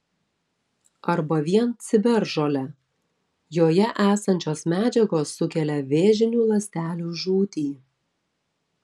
arba vien ciberžole joje esančios medžiagos sukelia vėžinių ląstelių žūtį